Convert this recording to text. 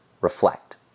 reflect